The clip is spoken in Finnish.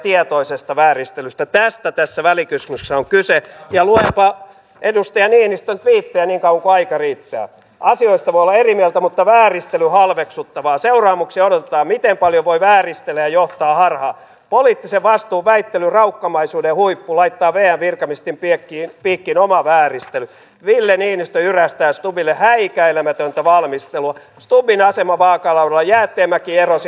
tein itse kirjallisen kysymyksen edellisellä kaudella liittyen juuri näihin maahanmuuttoviraston resursseihin ja niin kauhuaika riittää sillä tavalla eri mieltä mutta vääristely halveksuttavaa seuraamuksia siihen miten paljon voi vääristellä johtaa harhaan poliittisen vastuun välttelyn raukkamaisuudenhuipulla ja virkamiesten pieckiä piikin oma vääristelyt ville niinistö jyrähtää stubbillehäikäilemätöntä valmistelua topin kovilla siellä ollaan